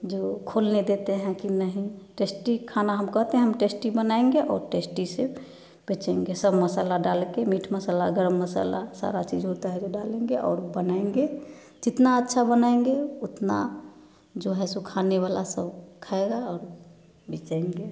जो खोलना देते हैं कि नहीं टेस्टी खाना हम कहते हैं हम टेस्टी बनाएँगे और टेस्टी से बेचेंगे सब मसाला डाल के मीट मसला गरम मसाला सारा चीज होता है जो डालेंगे और बनाएँगे जितना अच्छा बनाएंगे उतना जो है सो खाने वाला सब खाएगा और बेचेंगे